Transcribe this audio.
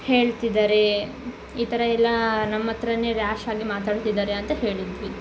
ಹೇಳ್ತಿದ್ದಾರೆ ಈ ಥರ ಎಲ್ಲ ನಮ್ಮ ಹತ್ರನೇ ರ್ಯಾಷ್ ಆಗಿ ಮಾತಾಡ್ತಿದ್ದಾರೆ ಅಂತ ಹೇಳಿದ್ವಿ